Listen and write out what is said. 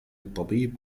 الطبيب